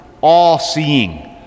all-seeing